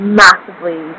massively